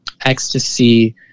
ecstasy